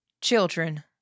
Children